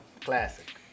classic